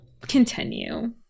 Continue